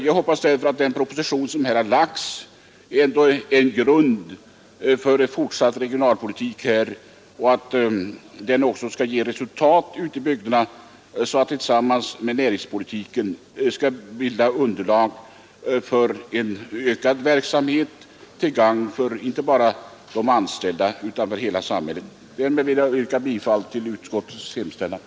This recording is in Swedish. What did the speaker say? Jag hoppas att propositionen skall utgöra grunden för en fortsatt regionalpolitik och att den också skall ge resultat ute i bygderna, 157 så att regionalpolitiken tillsammans med näringspolitiken kan bilda underlag för en utökad verksamhet till gagn inte bara för de anställda utan för hela samhället. Därmed yrkar jag bifall till utskottets hemställan.